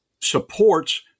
supports